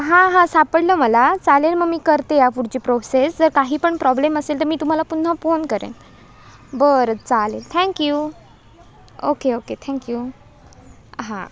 हां हां सापडलं मला चालेल मग मी करते ह्या पुढची प्रोसेस जर काही पण प्रॉब्लेम असेल तर मी तुम्हाला पुन्हा फोन करेन बरं चालेल थँक्यू ओके ओके थँक्यू हां